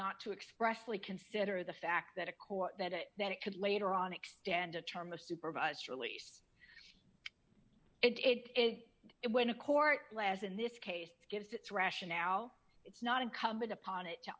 not to express we consider the fact that a court that it that it could later on extend a term of supervised release it when a court last in this case gives its rationale it's not incumbent upon it to